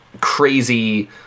crazy